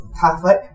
Catholic